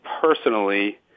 personally